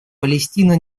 палестина